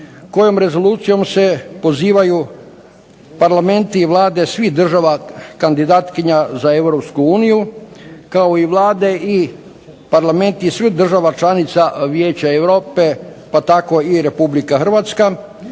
kojom rezolucijom se pozivaju parlamenti i vlade svih država kandidatkinja za Europsku uniju kao i vlade i parlamenti svih država članica Vijeća Europe pa tako i Republika Hrvatska